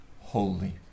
holy